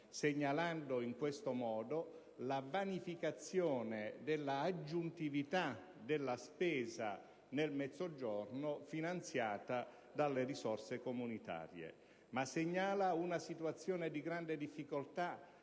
sottolinea la vanificazione dell'aggiuntività della spesa nel Mezzogiorno, finanziata dalle risorse comunitarie e segnala una situazione di grande difficoltà